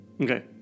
Okay